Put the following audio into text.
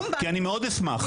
כי אני מאוד אשמח.